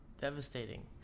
devastating